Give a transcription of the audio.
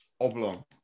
Oblong